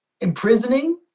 imprisoning